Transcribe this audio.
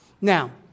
Now